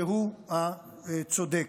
שהוא הצודק.